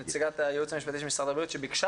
נציגת הייעוץ המשפטי של משרד הבריאות שביקשה